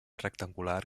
rectangular